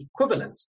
equivalent